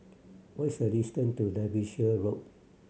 what is a distance to Derbyshire Road